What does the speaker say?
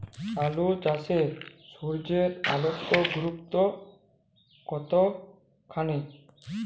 আলু চাষে সূর্যের আলোর গুরুত্ব কতখানি?